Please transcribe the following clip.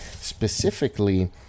specifically